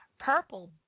Purple